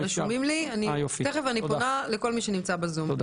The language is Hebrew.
אני תכף פונה לכל מי שנמצא ב-זום.